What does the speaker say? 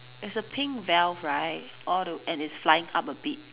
it's a pink veil right all the and it's flying up a bit